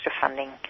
funding